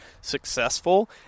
successful